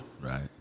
Right